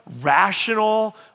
rational